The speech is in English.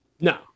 No